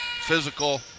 Physical